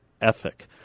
ethic